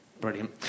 Brilliant